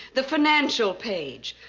the financial page.